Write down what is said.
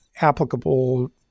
applicable